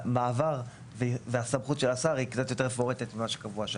המעבר והסמכות של השר היא קצת יותר מפורטת ממה שקבוע שם.